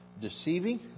deceiving